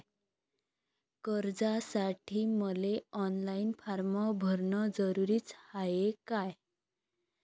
कर्जासाठी मले online form भरन जरुरीच हाय का?